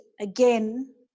again